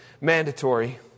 mandatory